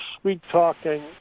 sweet-talking